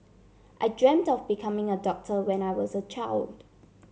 I dreamt of becoming a doctor when I was a child